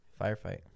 Firefight